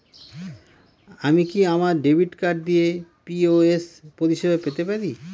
আমি কি আমার ডেবিট কার্ড দিয়ে পি.ও.এস পরিষেবা পেতে পারি?